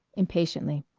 impatiently.